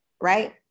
Right